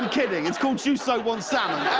and kidding. it's called juuso wants salmon.